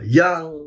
young